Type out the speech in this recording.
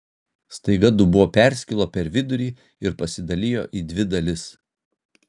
staiga dubuo perskilo per vidurį ir pasidalijo į dvi dalis